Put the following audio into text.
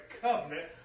covenant